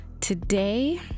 Today